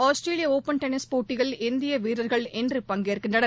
Australian Open tennis போட்டியில் இந்தியவீரர்கள் இன்று பங்கேற்கின்றனர்